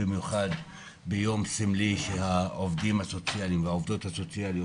במיוחד ביום סמלי בו העובדים והעובדות הסוציאליים